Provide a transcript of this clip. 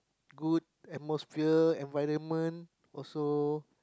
good atmosphere environment also